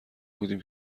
بودیم